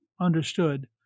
understood